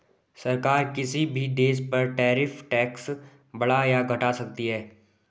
सरकार किसी भी देश पर टैरिफ टैक्स बढ़ा या घटा सकती है